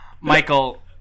michael